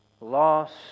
loss